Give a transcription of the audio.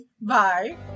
Bye